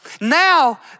now